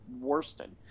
worsted